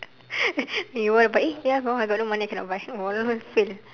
you want to buy eh ya hor I got no money I cannot buy no wonder fail